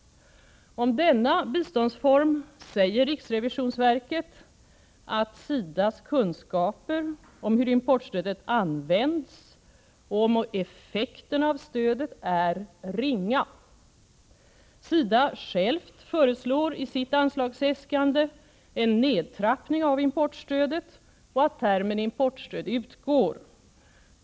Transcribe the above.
Om denna biståndsform säger riksrevisionsverket att SIDA:s kunskaper om hur importstödet används och om effekterna av stödet är ringa. SIDA självt föreslår i sitt anslagsäskande en nedtrappning av importstödet och att termen importstöd utgår.